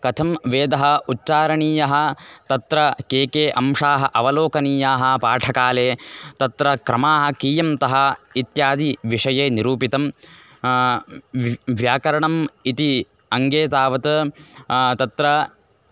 कथं वेदः उच्चारणीयः तत्र के के अंशाः अवलोकनीयाः पाठकाले तत्र क्रमाः कियन्तः इत्यादिविषये निरूपितं व्याकरणम् इति अङ्गे तावत् तत्र